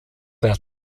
bei